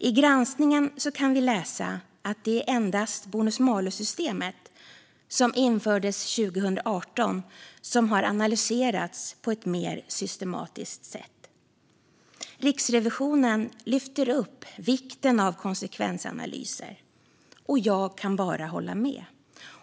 I granskningen kan vi läsa att det endast är bonus-malus-systemet, som infördes 2018, som har analyserats på ett mer systematiskt sätt. Riksrevisionen lyfter upp vikten av konsekvensanalyser, och jag kan bara hålla med.